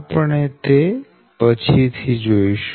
આપણે તે પછી જોઈશું